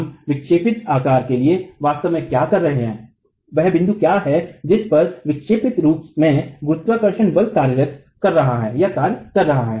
हम विक्षेपित आकार के लिए वास्तव में क्या कर रहे हैं वह बिंदु क्या है जिस पर विक्षेपित रूप में गुरुत्वाकर्षण बल कार्य कर रहा है